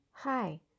Hi